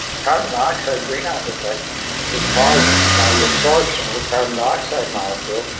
carbon-dioxide greenhouse effect is caused by the absorption of the carbon-dioxide molecule.